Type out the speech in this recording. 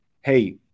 hey